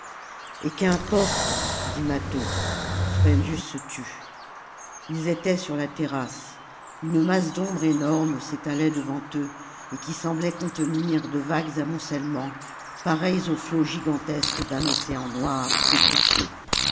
eh qu'importe dit mâtho spendius se tut ils étaient sur la terrasse une masse d'ombre énorme s'étalait devant eux et qui semblait contenir de vagues amoncellements pareils aux flots d'unocéan noir pétrifié